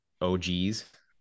OGs